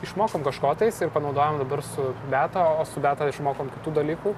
išmokom kažko tais ir panaudojom dabar su beata o su beata išmokom kitų dalykų